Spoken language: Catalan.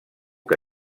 que